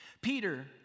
Peter